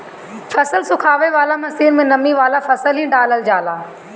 फसल सुखावे वाला मशीन में नमी वाला फसल ही डालल जाला